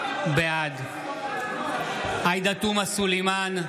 בעד עאידה תומא סלימאן,